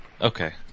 Okay